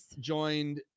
joined